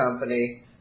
company